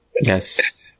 Yes